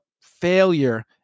failure